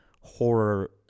horror